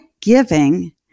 giving